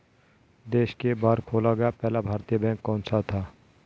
देश के बाहर खोला गया पहला भारतीय बैंक कौन सा था?